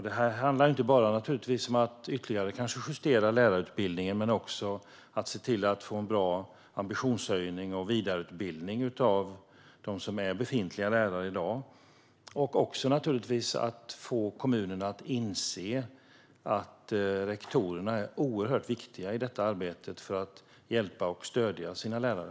Det handlar inte bara om att ytterligare justera lärarutbildningen, utan det handlar om att få en bra ambitionshöjning och vidareutbildning av de befintliga lärarna i dag. Vidare måste vi få kommunerna att inse att rektorerna är oerhört viktiga i arbetet att hjälpa och stödja sina lärare.